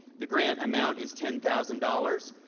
the grant amount is ten thousand dollars.